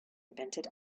invented